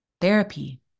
therapy